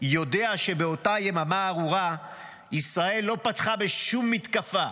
יודע שבאותה יממה ארורה ישראל לא פתחה בשום מתקפה,